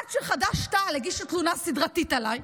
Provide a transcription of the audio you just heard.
עד שחד"ש-תע"ל הגישו תלונה סדרתית עליי,